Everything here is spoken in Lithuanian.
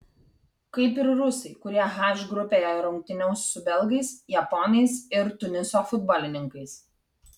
kaip ir rusai kurie h grupėje rungtyniaus su belgais japonais ir tuniso futbolininkais